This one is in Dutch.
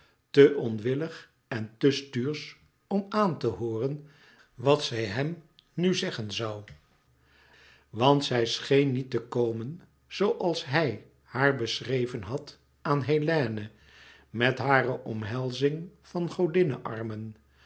te onwillig en te stuursch om aan te hooren wat zij hem n zeggen zoû want zij scheen niet te komen zooals hij haar beschreven had aan hélène met hare omhelzing van godinne armen